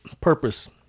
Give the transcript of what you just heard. purpose